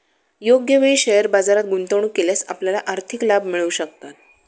योग्य वेळी शेअर बाजारात गुंतवणूक केल्यास आपल्याला आर्थिक लाभ मिळू शकतात